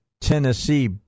Tennessee